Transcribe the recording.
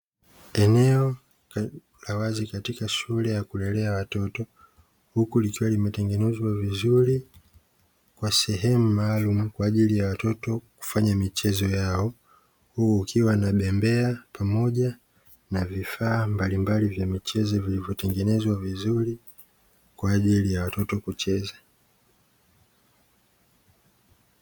Eneo la wazi katika shule ya kulelea watoto, huku likiwa limetengenezwa vizuri kwa sehemu maalumu kwa ajili ya watoto kufanya michezo yao, huku kukiwa na bembea pamoja na vifaa mbalimbali vya michezo vilivyotengenezwa vizuri kwa ajili ya watoto kucheza.